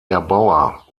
erbauer